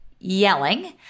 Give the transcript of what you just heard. Yelling